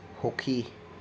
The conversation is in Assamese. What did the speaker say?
সুখী